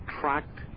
tracked